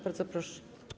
Bardzo proszę.